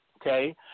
okay